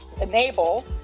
enable